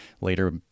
later